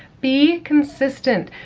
be consistent.